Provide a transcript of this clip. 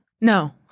No